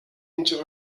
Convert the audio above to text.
into